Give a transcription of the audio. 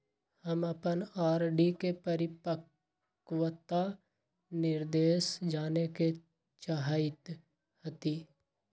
हम अपन आर.डी के परिपक्वता निर्देश जाने के चाहईत हती